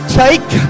take